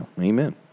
Amen